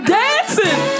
dancing